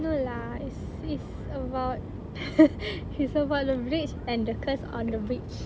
no lah it's it's about it's about the bridge and the curse on the bridge